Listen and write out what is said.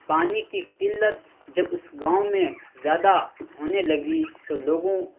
پانی کی قلت جب اس گاؤں میں زیادہ ہونے لگی تو لوگوں